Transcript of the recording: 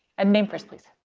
and name first, please.